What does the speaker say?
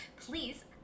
please